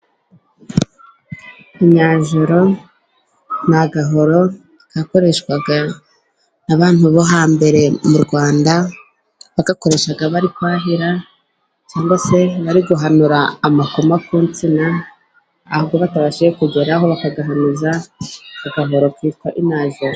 Inajoro ni agahoro kakoreshwaga abantu bo hambere mu Rwanda bagakoreshaga bari kwahira, cyangwa se bari guhanura amakoma ku nsina batabashije kugeraho bakayasahuza bakoresheje agahoro kitwa inajoro.